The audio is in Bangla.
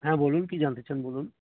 হ্যাঁ বলুন কী জানতে চান বলুন